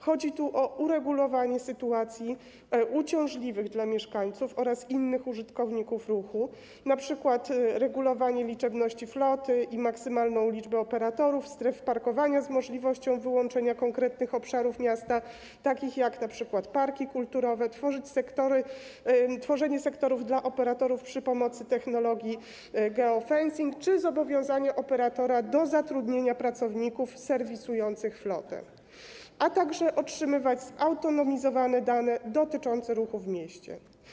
Chodzi tu o uregulowanie sytuacji uciążliwych dla mieszkańców oraz innych użytkowników ruchu, np. regulowanie liczebności floty i maksymalnej liczby operatorów, stref parkowania z możliwością wyłączenia konkretnych obszarów miasta, takich jak np. parki kulturowe, tworzenie sektorów dla operatorów za pomocą technologii geofencing czy zobowiązanie operatora do zatrudnienia pracowników serwisujących flotę, a także otrzymywanie zautonomizowanych danych dotyczących ruchu w mieście.